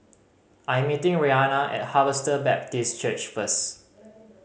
I am meeting Rihanna at Harvester Baptist Church first